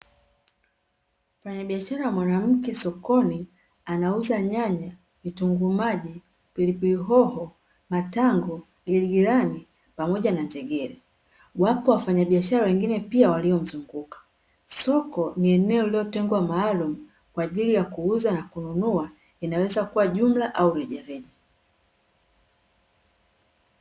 Mfanyabiashara mwanamke sokoni anauza nyanya, vitunguu maji, pilipili hoho, matango, giligilani, pamoja na njegere. Wapo wafanyabiashara wengine pia waliyomzunguka. Soko ni eneo lililotengwa maalumu kwa ajili ya kuuza na kununua, inaweza kuwa jumla au rejareja.